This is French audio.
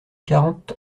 quarante